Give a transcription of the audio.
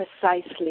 precisely